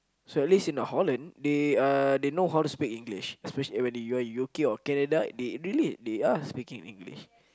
so at least in the Holland they uh they know how to speak English especially when you are in U_K or Canada they really they are speaking English